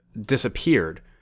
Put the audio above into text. disappeared